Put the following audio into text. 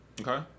Okay